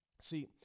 See